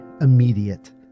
immediate